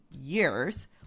years